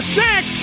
six